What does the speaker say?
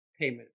payment